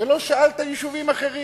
ולא שאלת על יישובים אחרים.